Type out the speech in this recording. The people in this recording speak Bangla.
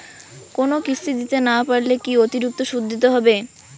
কোনো কিস্তি দিতে না পারলে কি অতিরিক্ত সুদ দিতে হবে?